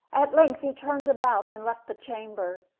at length he turned about and left the chamber.